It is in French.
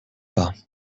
pas